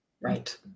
right